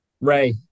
Ray